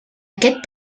aquest